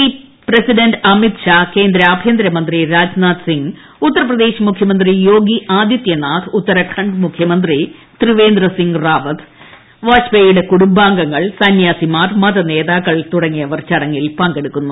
P president Amit Shah കേന്ദ്ര ആഭ്യന്തരമന്ത്രി രാജ്നാഥ് ന്ഗിംഗ് ഉത്തർപ്രദേശ് മുഖ്യമന്ത്രി യോഗി ആദിത്യനാഥ് ഉത്തരാഖണ്ഡ് മുഖ്യമന്ത്രി ത്രിവേന്ദ്രസിംഗ് റാവത്ത് വാജ്പേയിയുടെ കുടുംബാംഗങ്ങൾ സന്യാസിമാർ മതനേതാക്കൾ തുടങ്ങിയവർ ചടങ്ങിൽ പങ്കെടുക്കുന്നു